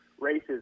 races